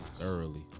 early